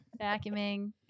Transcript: vacuuming